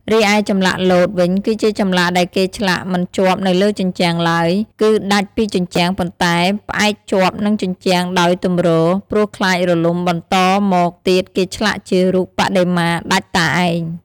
រីឯចម្លាក់លោតវិញគឺជាចម្លាក់ដែលគេឆ្លាក់មិនជាប់នៅលើជញ្ជាំងឡើយ គឺដាច់ពីជញ្ជាំងប៉ុន្តែផ្អែកជាប់និងជញ្ជាំងដោយទំរ ព្រោះខ្លាចរលំបន្តមកទៀតគេឆ្លាក់ជារូបបដិមាដាច់តែឯង។